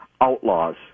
outlaws